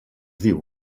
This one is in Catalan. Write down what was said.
diu